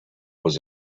was